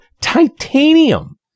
titanium